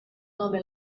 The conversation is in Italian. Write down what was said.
nome